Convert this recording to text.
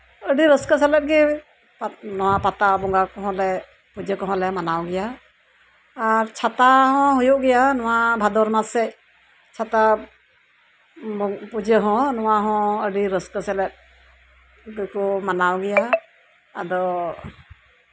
ᱟᱹᱰᱤ ᱨᱟᱹᱥᱠᱟᱹ ᱥᱮᱞᱮᱫ ᱜᱚ ᱯᱟᱛᱟ ᱵᱚᱸᱜᱟ ᱠᱚᱦᱚᱸ ᱞᱮ ᱯᱩᱡᱟᱹ ᱠᱚᱦᱚᱸ ᱞᱮ ᱢᱟᱱᱟᱣ ᱜᱮᱭᱟ ᱟᱨ ᱪᱷᱟᱛᱟ ᱦᱚᱸ ᱦᱩᱭᱩᱜ ᱜᱮᱭᱟ ᱱᱚᱣᱟ ᱵᱷᱟᱫᱚᱨ ᱢᱟᱥ ᱥᱮᱡ ᱪᱷᱟᱛᱟ ᱯᱩᱡᱟᱹ ᱦᱚᱸ ᱱᱚᱣᱟ ᱦᱚᱸ ᱟᱹᱰᱤ ᱨᱟᱹᱥᱠᱟᱹ ᱥᱮᱞᱮᱫ ᱜᱮᱠᱚ ᱢᱟᱱᱟᱣ ᱜᱮᱭᱟ ᱟᱫᱚ